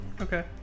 Okay